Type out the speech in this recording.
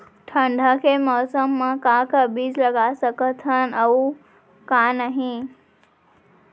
ठंडा के मौसम मा का का बीज लगा सकत हन अऊ का नही?